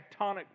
tectonic